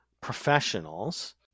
professionals